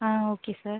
ah okay sir